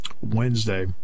Wednesday